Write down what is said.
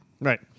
Right